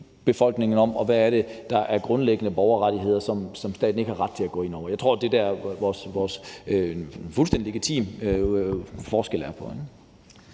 befolkningen om, og hvad er det, der er grundlæggende borgerrettigheder, som staten ikke har ret til at gå ind over? Jeg tror, det er der, den fuldstændig legitime forskel er.